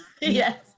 yes